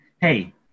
Hey